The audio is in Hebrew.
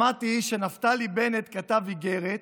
שמעתי שנפתלי בנט כתב איגרת,